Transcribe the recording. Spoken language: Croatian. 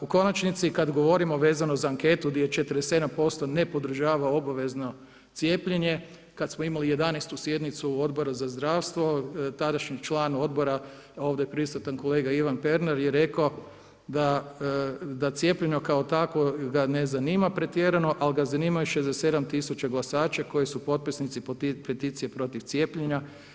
U konačnici kada govorimo vezano za anketu gdje 47% ne podržava obavezno cijepljenje, kada smo imali 11. sjednicu Odbora za zdravstvo tadašnji član Odbora ovdje prisutan kolega Ivan Pernar je rekao da cijepljenje kao takvo ga ne zanima pretjerano, ali ga zanimaju 67 tisuća glasača koji su potpisnici peticije protiv cijepljenja.